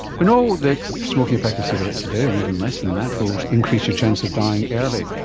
we know that smoking a pack of cigarettes a day or even less than that will increase your chance of dying early.